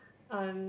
um